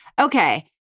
Okay